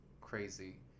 crazy